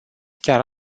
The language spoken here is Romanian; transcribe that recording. chiar